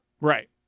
right